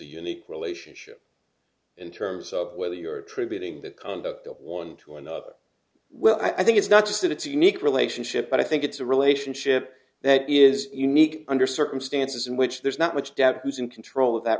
unique relationship in terms of whether you're attributing the conduct of one to another well i think it's not just that it's a unique relationship but i think it's a relationship that is unique under circumstances in which there's not much depth who's in control of that